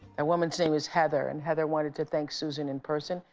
woman's name is heather. and heather wanted to thank susan in person.